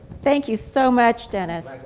thank you so much, dennis.